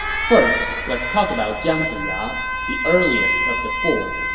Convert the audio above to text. first, let's talk about jiang ziya, the earliest of the four.